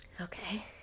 okay